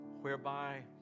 whereby